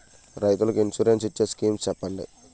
రైతులు కి ఇన్సురెన్స్ ఇచ్చే స్కీమ్స్ చెప్పండి?